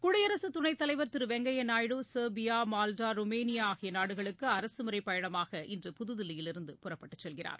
குடியரசு துணைத் தலைவர் Thiru Venkaiah Naidu Serbia Malta Romania ஆகிய நாடுகளுக்கு அரசுமுறை பயணமாக இன்று புதுதில்லியிலிருந்து புறப்பட்டு செல்கிறார்